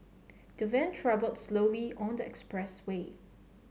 the van travelled slowly on the express way